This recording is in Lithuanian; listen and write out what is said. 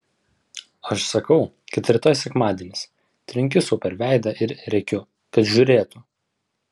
aš sakau kad rytoj sekmadienis trenkiu sau per veidą ir rėkiu kad žiūrėtų